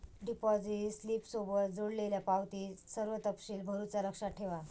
deposit स्लिपसोबत जोडलेल्यो पावतीत सर्व तपशील भरुचा लक्षात ठेवा